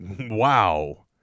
Wow